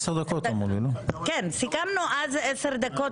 עשר דקות